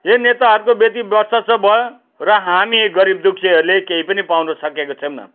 यो नेताहरूको बेसी वर्चस्व भयो र हामी गरिब दुःखीहरूले केही पनि पाउनसकेको छैनौँ